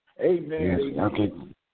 Amen